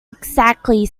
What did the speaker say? exactly